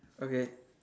okay